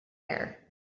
air